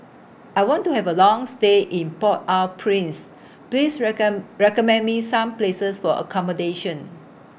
I want to Have A Long stay in Port Au Prince Please recommend Me Some Places For accommodation